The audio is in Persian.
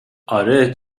اره